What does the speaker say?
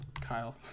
Kyle